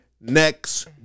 Next